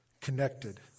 connected